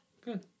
Good